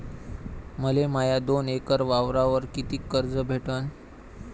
मले माया दोन एकर वावरावर कितीक कर्ज भेटन?